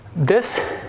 this,